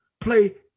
play